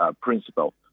principle